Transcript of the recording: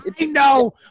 No